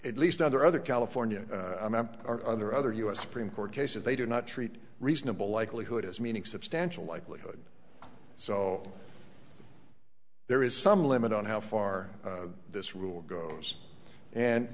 at least under other california or other other u s supreme court cases they do not treat reasonable likelihood as meaning substantial likelihood so there is some limit on how far this rule goes and